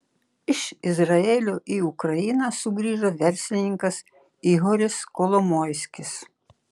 iš izraelio į ukrainą sugrįžo verslininkas ihoris kolomoiskis